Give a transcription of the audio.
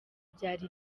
byari